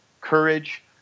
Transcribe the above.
courage